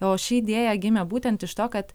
o ši idėja gimė būtent iš to kad